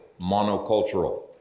monocultural